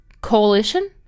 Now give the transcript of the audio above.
Coalition